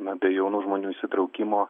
na be jaunų žmonių įsitraukimo